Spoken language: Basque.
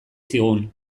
zigun